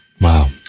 Wow